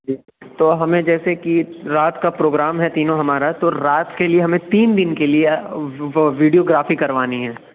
جی تو ہمیں جیسے کہ رات کا پروگرام ہے تینوں ہمارا تو رات کے لیے ہمیں تین دِن کے لیے وہ ویڈیو گرافی کروانی ہے